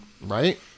right